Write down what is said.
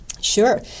Sure